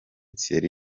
thierry